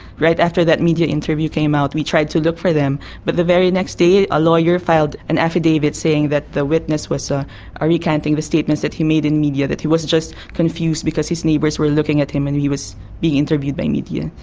right after that media interview came out we tried to look for them but the very next day a lawyer filed an affidavit saying that the witness was ah ah recanting the statements that he made in the media, that he was just confused because his neighbours were looking at him when and he was being interviewed by media.